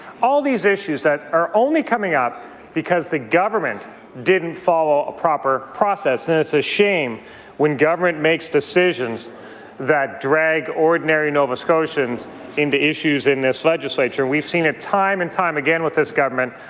all these issues are only coming up because the government didn't follow proper process. and it's a shame when government makes decisions that drag ordinary nova scotians into issues in this legislature. we've seen it time and time again with this government.